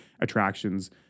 attractions